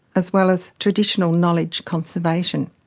as well as traditional knowledge conservation